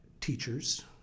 teachers